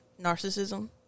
narcissism